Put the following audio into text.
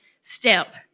step